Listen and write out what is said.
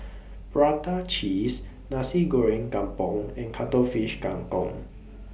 Prata Cheese Nasi Goreng Kampung and Cuttlefish Kang Kong